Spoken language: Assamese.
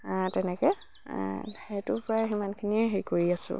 তেনেকৈ সেইটো প্ৰায় সিমানখিনিয়ে হেৰি কৰি আছো